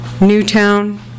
Newtown